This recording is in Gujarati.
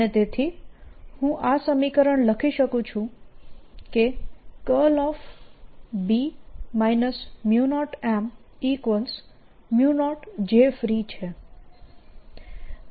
B0 jfree0M અને તેથી હું આ સમીકરણ લખી શકું છું કે 0 jfree છે